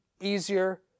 easier